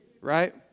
right